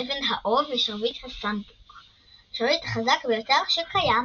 אבן האוב ושרביט הסמבוק – השרביט החזק ביותר שקיים.